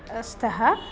स्तः